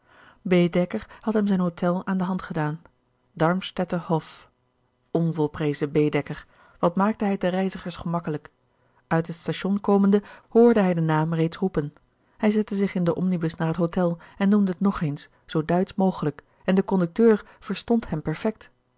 had hem zijn hotel aan de hand gedaan darmdstädter hof onvolprezen baedeker wat maakte hij het den reizigers gemakkelijk uit het station komende hoorde hij den naam reeds roepen hij zette zich in den omnibus naar het hotel en noemde het nog eens zoo duitsch mogelijk en de conducteur verstond hem perfect